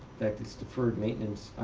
fact, it's deferred maintenance.